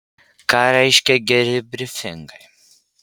ką reiškia geri brifingai